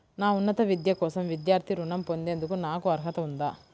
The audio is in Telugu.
నా ఉన్నత విద్య కోసం విద్యార్థి రుణం పొందేందుకు నాకు అర్హత ఉందా?